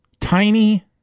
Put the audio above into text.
tiny